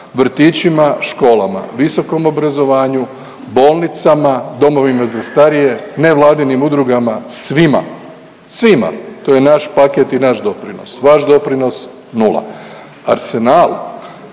vrtićima, školama, visokom obrazovanju, bolnicama, domovima za starije, nevladinim udrugama, svima, svima. To je naš paket i naš doprinos. Vaš doprinos nula. Arsenal,